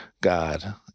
God